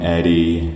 Eddie